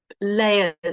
layers